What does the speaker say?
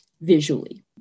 visually